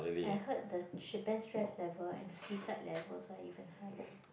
I heard the Japan stress level and suicide levels are even higher